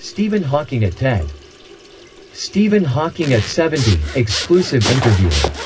stephen hawking at ted stephen hawking at seventy exclusive interview.